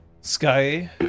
Sky